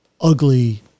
ugly